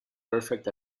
perfect